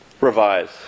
revise